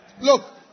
Look